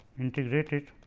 integrated